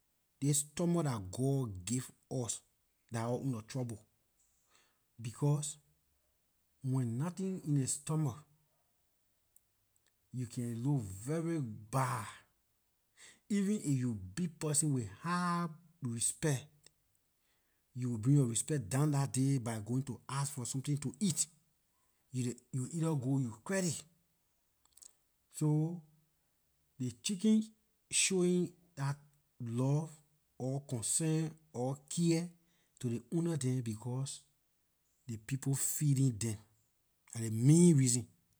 This stomach dah god gave us, dah our ownlor trouble, because when nothing in ley stomach, you can look very bad. Even if you big person with high respect, you will bring yor respect down dah day by going to ask for something to eat, you will either go you credit, so ley chicken showing dah love or concern or care to ley ownlor dem because ley people feeding them, dah ley main reason.